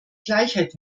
gleichheit